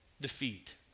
defeat